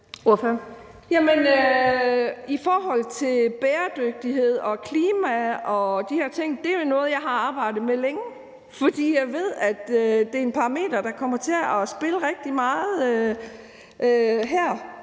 Hansen (M): Bæredygtighed og klima og de her ting er jo noget, jeg har arbejdet med længe, fordi jeg ved, at det er parametre, der kommer til at spille rigtig meget ind